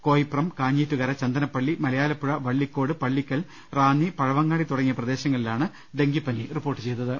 Koipram Kanjeettukara Chandanappally Malayalappuzha Vallicode Pallickal Ranni Pazhavangadi തുടങ്ങിയ പ്രദേശങ്ങളിലാണ് ഡെങ്കിപ്പനി റിപ്പോർട്ട് ചെയ്തിട്ടുള്ളത്